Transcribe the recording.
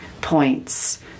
points